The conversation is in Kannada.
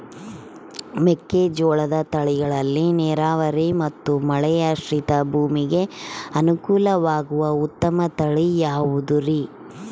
ಮೆಕ್ಕೆಜೋಳದ ತಳಿಗಳಲ್ಲಿ ನೇರಾವರಿ ಮತ್ತು ಮಳೆಯಾಶ್ರಿತ ಭೂಮಿಗೆ ಅನುಕೂಲವಾಗುವ ಉತ್ತಮ ತಳಿ ಯಾವುದುರಿ?